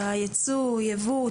ייבוא,